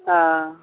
हँ